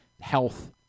health